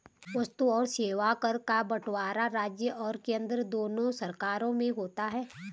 वस्तु और सेवा कर का बंटवारा राज्य और केंद्र दोनों सरकार में होता है